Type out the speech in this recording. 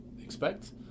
expect